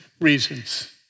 reasons